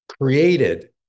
created